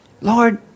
Lord